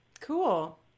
Cool